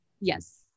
Yes